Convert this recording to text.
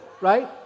right